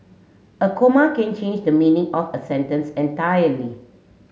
a comma can change the meaning of a sentence entirely